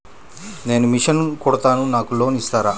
నేను మిషన్ కుడతాను నాకు లోన్ ఇస్తారా?